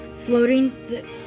floating